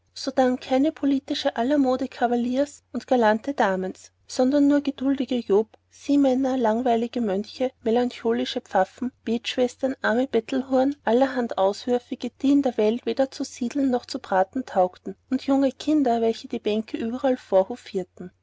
sodann keine politische alamode cavaliers und galante dames sondern nur gedultige job siemänner langweilige mönche melancholische pfaffen betschwestern arme bettelhurn allerhand auswürflinge die in der welt weder zu sieden noch zu braten taugen und junge kinder welche die bänke überall